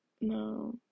No